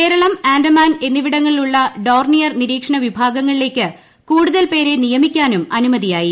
കേരളം ആൻഡമാൻ എന്നിവിടങ്ങളിലുള്ള ഡോർണിയർ നിരീക്ഷണ വിഭാഗങ്ങളിലേക്ക് കൂടുതൽ പേരെ നിയമിക്കാനും അനുമതിയായി